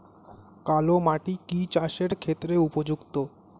কালো মাটি কি চাষের ক্ষেত্রে উপযুক্ত?